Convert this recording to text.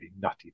nutty